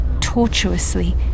tortuously